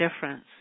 difference